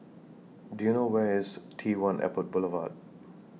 Do YOU know Where IS T one Airport Boulevard